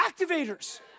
activators